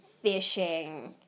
Fishing